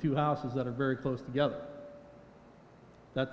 two houses that are very close together that